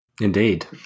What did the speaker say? Indeed